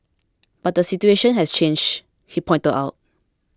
but the situation has changed he pointed out